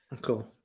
Cool